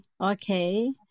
Okay